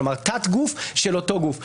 כלומר, תת-גוף של אותו גוף.